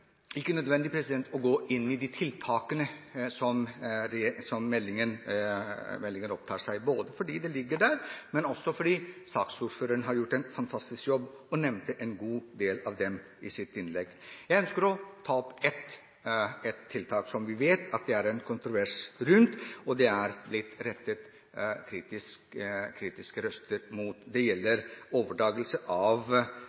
ikke nødvendig å gå inn i de tiltakene som meldingen tar opp. Det er fordi de ligger der, og fordi saksordføreren har gjort en fantastisk jobb og nevnte en god del av dem i sitt innlegg. Jeg ønsker så å ta opp et tiltak som vi vet det er kontrovers rundt, og som det er blitt rettet kritiske røster mot. Det